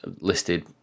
listed